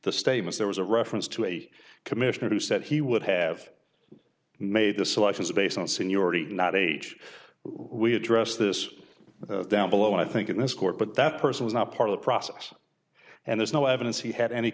the statement there was a reference to a commissioner who said he would have made the selections based on seniority not age we address this down below i think in this court but that person was not part of the process and there's no evidence he had any